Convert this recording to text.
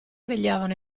vegliavano